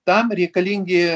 tam reikalingi